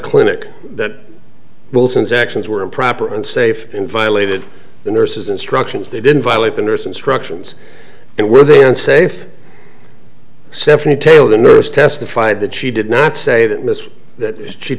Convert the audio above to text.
clinic that wilson's actions were improper unsafe in violated the nurses instructions they didn't violate the nurse instructions and were they unsafe symphony teo the nurse testified that she did not say that miss that she